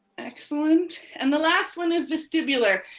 excellent. and the last one is vestibular.